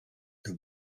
that